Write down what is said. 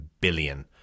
billion